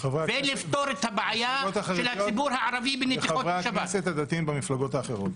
חשוב לנו, לציבור הערבי, שהדברים יתנהלו.